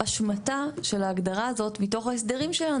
השמטה של ההגדרה הזאת מתוך ההסדרים שלנו